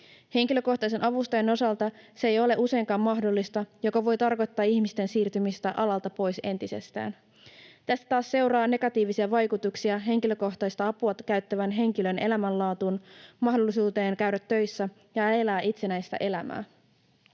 Henkilökohtaisen avustajan osalta se ei ole useinkaan mahdollista, mikä voi tarkoittaa ihmisten siirtymistä alalta pois entisestään. Tästä taas seuraa negatiivisia vaikutuksia henkilökohtaista apua käyttävän henkilön elämänlaatuun, mahdollisuuteen käydä töissä ja elää itsenäistä elämää.